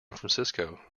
francisco